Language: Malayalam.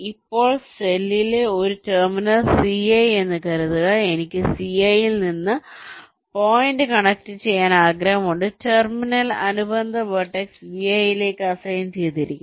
ഇപ്പോൾ സെല്ലിലെ ഒരു ടെർമിനൽ ci എന്ന് കരുതുക എനിക്ക് ci ൽ നിന്ന് പോയിന്റ് കണക്ട് ചെയ്യാൻ ആഗ്രഹമുണ്ട് ടെർമിനൽ അനുബന്ധ വെർട്ടെക്സ് vi ലേക്ക് അസൈൻ ചെയ്തിരിക്കുന്നു